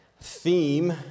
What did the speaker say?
theme